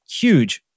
huge